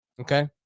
Okay